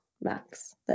max